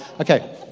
okay